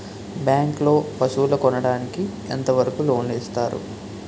Bank లో పశువుల కొనడానికి ఎంత వరకు లోన్ లు ఇస్తారు?